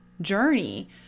journey